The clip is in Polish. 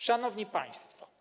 Szanowni Państwo!